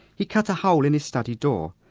he cut a hole in his study door,